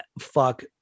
Fuck